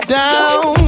down